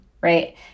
right